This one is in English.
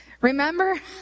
Remember